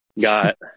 got